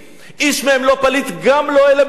איש מהם לא פליט, גם לא אלה מדארפור.